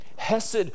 Hesed